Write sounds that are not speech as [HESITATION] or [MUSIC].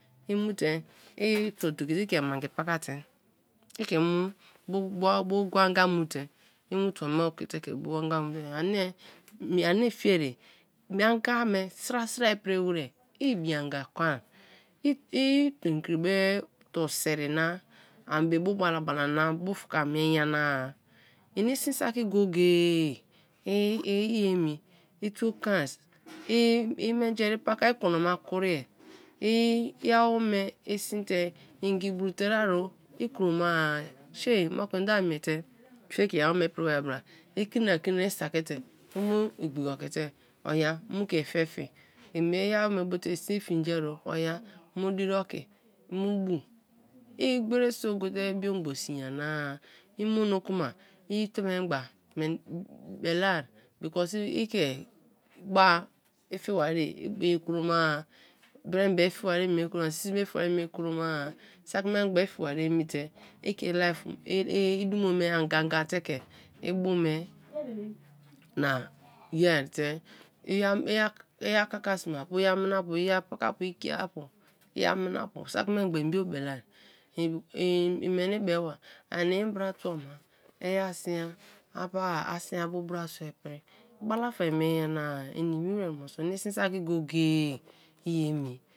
I mu te tuo doki te i ke mangi pa kate; i ke mu bu gwa anga mu te; i mu tuo me oki te ke bu anga mute ani fie-a mie anga me sra sra pri wer, ibi anga kon-ai, i tomkri be tors leri na, ani be bu bala bala na, bufka mie nyana, ini si saki go-go-e, i emi, i tuo kan, i menji-i i pa kar, i kon nama koria, i kroma-a shei moku i da miete, fie ke i awome pri bai bra, i kri na kri na i sakite i mu igbiki oki te oya mu ke fe fie, i awome bote isii fenji-o, oya mu diri oki mu bu, i gberi so gote biogbon si nyana-a, i mono kuma i teme memgba beleai because i ke ba i fie bariye [UNINTELLIGIBLE] kroma-a, branbe i fie bari ye mie kroma-a, si si bu i fie bari ye emi te i ke i life, i dumo me anga gan te ke i bume na yea te [HESITATION] i a ka ka sme-a pu, imina pu, i-apa-apu, i kiapu, i-aminapu; [HESITATION] pa i sin a ba brasua ipiri; bala fa i mie nyana ini nimi wer moso ini sin saki go-go-e i emi.